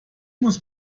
muss